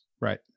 Right